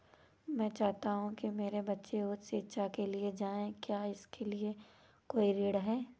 मैं चाहता हूँ कि मेरे बच्चे उच्च शिक्षा के लिए जाएं क्या इसके लिए कोई ऋण है?